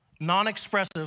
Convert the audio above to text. non-expressive